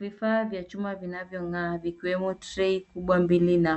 Vifaa vya chuma vinavyong'aa vikiwemo trei kubwa mbili na